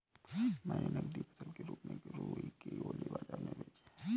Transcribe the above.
मैंने नगदी फसल के रूप में रुई के गोले बाजार में बेचे हैं